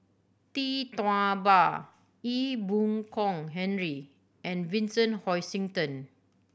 Tee Tua Ba Ee Boon Kong Henry and Vincent Hoisington